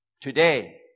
Today